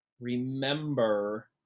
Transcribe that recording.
remember